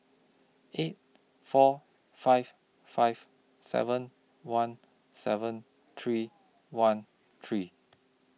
eight four five five seven one seven three one three